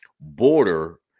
border